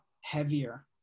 heavier